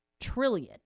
trillion